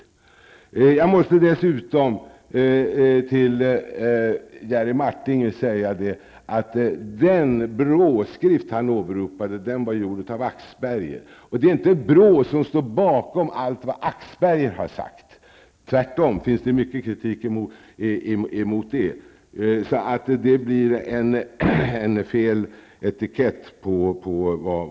Sedan måste jag säga till Jerry Martinger att den BRÅ-skrift som han åberopade är gjord av Axberger. BRÅ står inte bakom allt det som Axberger har sagt. Tvärtom riktas mycken kritik mot det som han han sagt.